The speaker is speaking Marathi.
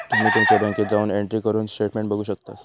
तुम्ही तुमच्या बँकेत जाऊन एंट्री करून स्टेटमेंट बघू शकतास